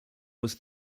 was